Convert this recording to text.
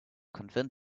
convince